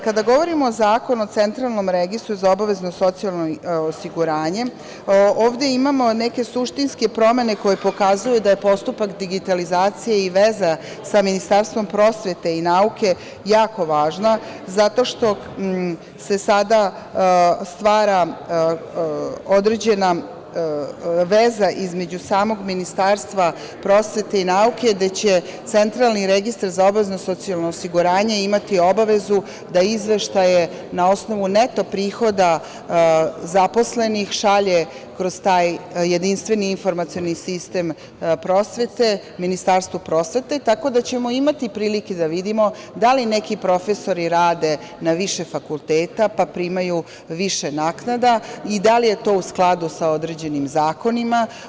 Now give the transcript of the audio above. Kada govorimo o Zakonu o centralnom registru za obavezno socijalno osiguranje, ovde imamo neke suštinske promene koje pokazuju da je postupak digitalizacije i veza sa Ministarstvom prosvete i nauke jako važna, zato što se sada stvara određena veza između samog Ministarstva prosvete i nauke, gde će Centralni registar za obavezno socijalno osiguranje imati obavezu da izveštaje na osnovu neto prihoda zaposlenih šalje kroz taj jedinstveni informacioni sistem prosvete Ministarstvu prosvete, tako da ćemo imati prilike da vidimo da li neki profesori rade na više fakulteta pa primaju više naknada i da li je to u skladu sa određenim zakonima.